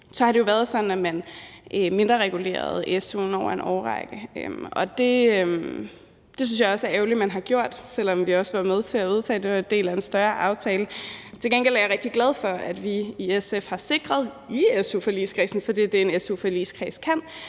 om, har det jo været sådan, at man over en årrække mindreregulerede su'en. Det synes jeg også er ærgerligt at man har gjort, selv om vi selv har været med til at vedtage det, da det var en del af en større aftale. Til gengæld er jeg rigtig glad for, at vi i SF i su-forligskredsen har sikret, for det er det, en su-forligskreds kan,